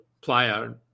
player